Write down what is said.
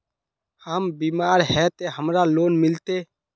हम बीमार है ते हमरा लोन मिलते?